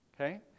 Okay